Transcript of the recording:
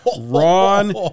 Ron